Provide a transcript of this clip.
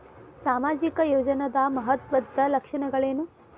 ಸಾಮಾಜಿಕ ಯೋಜನಾದ ಮಹತ್ವದ್ದ ಲಕ್ಷಣಗಳೇನು?